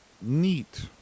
Neat